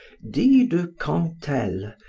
d. de cantel,